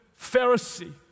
Pharisee